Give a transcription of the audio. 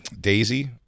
Daisy